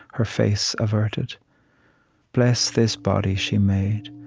her face averted bless this body she made,